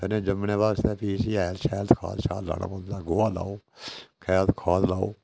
सरयां जम्मने आस्तै फ्ही इस्सी हैल शैल लाना पौंदा गोआ लाओ खैद खाद लाओ